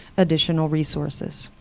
additional resources.